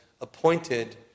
appointed